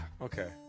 Okay